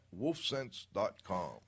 wolfsense.com